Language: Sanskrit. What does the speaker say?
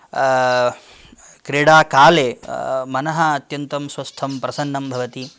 क्रीडाकाले मनः अत्यन्तं स्वस्थं प्रसन्नं भवति